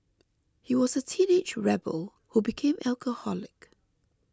he was a teenage rebel who became alcoholic